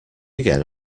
again